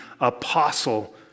apostle